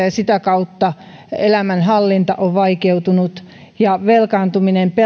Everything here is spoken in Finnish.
ja sitä kautta elämänhallinta on vaikeutunut velkaantuminen